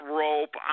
rope